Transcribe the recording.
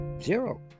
zero